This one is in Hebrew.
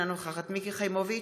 אינה נוכחת מיקי חיימוביץ'